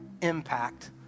impact